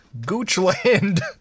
Goochland